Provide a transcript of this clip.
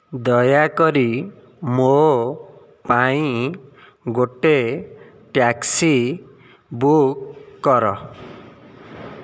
ଦୟାକରି ମୋ ପାଇଁ ଗୋଟିଏ ଟ୍ୟାକ୍ସି ବୁକ୍ କର